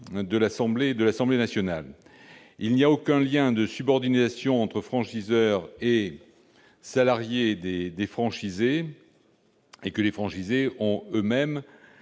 à l'Assemblée nationale. Il n'y a aucun lien de subordination entre le franchiseur et les salariés des franchisés. Les franchisés disposent eux-mêmes